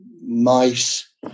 Mice